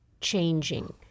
changing